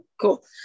Cool